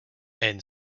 and